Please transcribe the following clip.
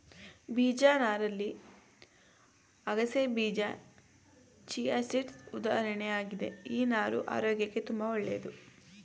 ಬೀಜ ನಾರಲ್ಲಿ ಅಗಸೆಬೀಜ ಚಿಯಾಸೀಡ್ಸ್ ಉದಾಹರಣೆ ಆಗಿದೆ ಈ ನಾರು ಆರೋಗ್ಯಕ್ಕೆ ತುಂಬಾ ಒಳ್ಳೇದು